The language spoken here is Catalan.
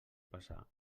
passar